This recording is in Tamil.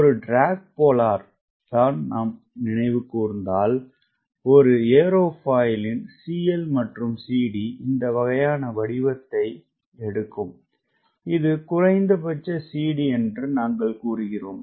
ஒரு ட்ராக் போலார் நாம் நினைவு கூர்ந்தால் ஒரு ஏரோஃபாயிலின் CL மற்றும் CD இந்த வகையான வடிவத்தை எடுக்கும் இது குறைந்தபட்ச CD என்று நாங்கள் கூறுகிறோம்